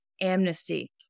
Amnesty